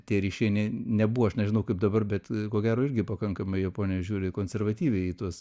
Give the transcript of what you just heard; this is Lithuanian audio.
tie ryšiai nei nebuvo aš nežinau kaip dabar bet ko gero irgi pakankamai japonija žiūri konservatyviai į tuos